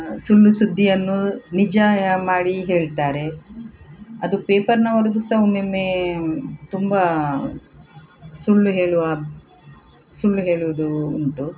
ಸುಳ್ಳು ಸುದ್ದಿಯನ್ನು ನಿಜಾಯಾ ಮಾಡಿ ಹೇಳ್ತಾರೆ ಅದು ಪೇಪರ್ನವರದು ಸ ಒಮ್ಮೊಮ್ಮೆ ತುಂಬ ಸುಳ್ಳು ಹೇಳುವ ಸುಳ್ಳು ಹೇಳುವುದು ಉಂಟು